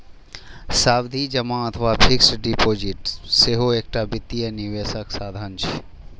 सावधि जमा अथवा फिक्स्ड डिपोजिट सेहो एकटा वित्तीय निवेशक साधन छियै